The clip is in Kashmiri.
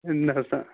ہے نہ حظ نہ